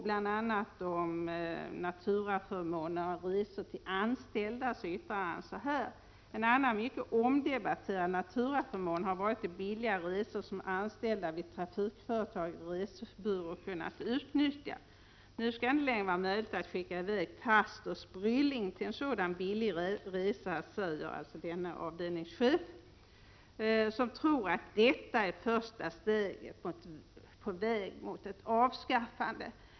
Bl.a. säger han om naturaförmåner och resor till anställda: ”En annan mycket omdebatterad naturaförmån har varit de billiga resor som anställda vid trafikföretag och resebyråer kunnat utnyttja. ——— Nu skall det inte längre vara möjligt att skicka iväg fasters brylling på en sådan billig resa”, säger denna avdelningschef, som tror att detta är ett första steg på väg mot ett avskaffande.